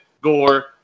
Gore